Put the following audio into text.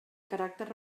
caràcter